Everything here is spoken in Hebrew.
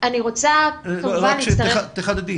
תחדדי.